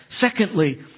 Secondly